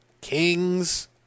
Kings